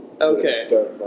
Okay